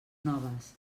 noves